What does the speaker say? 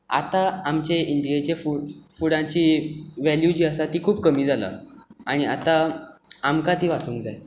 आतां आमचे इंडियेचे फुडाची वॅल्यू जी आसा ती खूब कमी जाला आनी आतां आमकां ती वाचोवंक जाय